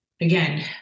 Again